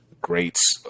greats